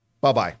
bye-bye